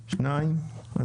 שניים.